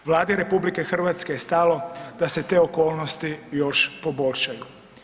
Vladi RH je stalo da se te okolnosti još poboljšaju.